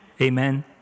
Amen